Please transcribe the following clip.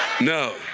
No